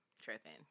tripping